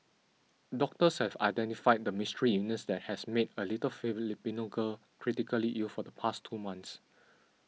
doctors have identified the mystery illness that has made a little Filipino girl critically ill for the past two months